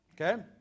Okay